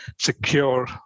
secure